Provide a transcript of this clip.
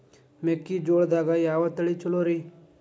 ಮೆಕ್ಕಿಜೋಳದಾಗ ಯಾವ ತಳಿ ಛಲೋರಿ?